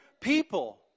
people